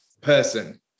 person